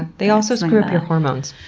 and they also screw up your hormones.